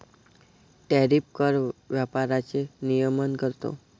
tariff कर व्यापाराचे नियमन करतो